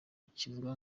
kivuga